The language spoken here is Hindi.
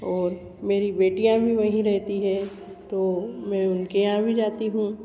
और मेरी बेटियाँ भी वहीं रहती हैं तो मै उनके यहाँ भी जाती हूँ